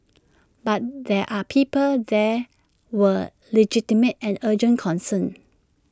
but there are people there were legitimate and urgent concerns